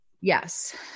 yes